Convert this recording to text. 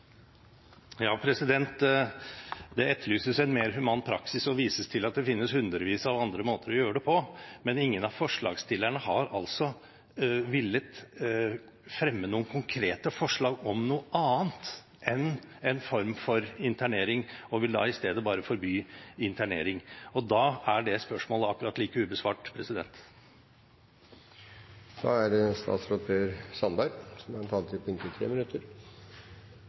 Det etterlyses en mer human praksis og vises til at det finnes hundrevis av andre måter å gjøre det på, men ingen av forslagsstillerne har altså villet fremme noen konkrete forslag om noe annet enn en form for internering, og vil da i stedet bare forby internering. Da er det spørsmålet akkurat like ubesvart. Bare sånn på slutten av debatten – jeg refererte vel litt til det i et tidligere innlegg: Den som